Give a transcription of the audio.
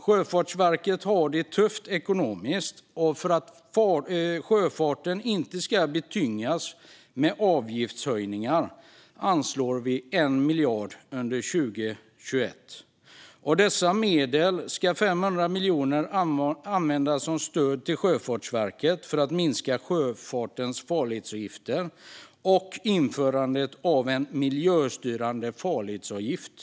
Sjöfartsverket har det tufft ekonomiskt, och för att sjöfarten inte ska tyngas med avgiftshöjningar anslår vi 1 miljard under 2021. Av dessa medel ska 500 miljoner användas som stöd till Sjöfartsverket för att minska sjöfartens farledsavgifter och införa en miljöstyrande farledsavgift.